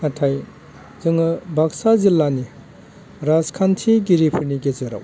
नाथाय जोङो बाक्सा जिल्लानि राजखान्थिगिरिफोरनि गेजेराव